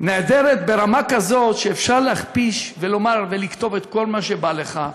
נעדרת ברמה כזאת שאפשר להכפיש ולמר ולכתוב את כל מה שבא לך,